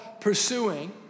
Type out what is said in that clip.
pursuing